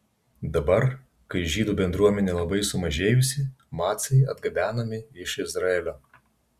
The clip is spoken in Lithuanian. dabar kai žydų bendruomenė labai sumažėjusi macai atgabenami iš izraelio